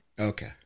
Okay